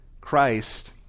Christ